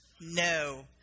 no